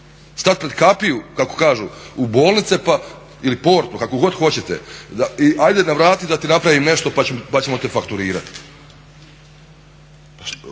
stat pred kapiju kako kažu u bolnice ili portu kako god hoćete, ajde navrati da ti napravim nešto pa ćemo te fakturirat.